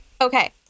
Okay